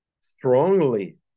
strongly